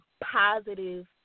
positive